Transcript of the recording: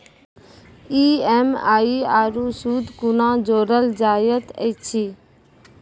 EMI आरू सूद कूना जोड़लऽ जायत ऐछि?